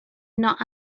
not